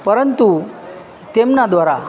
પરંતુ તેમના દ્વારા